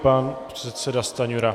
Pan předseda Stanjura.